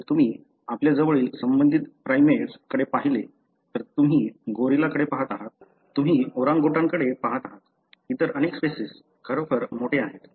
जर तुम्ही आपल्या जवळून संबंधित प्राइमेट्स कडे पाहिले तर तुम्ही गोरिलाकडे पहात आहात तुम्ही ओरांगुटानकडे पहात आहात इतर अनेक स्पेसिस खरोखर मोठे आहेत